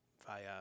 via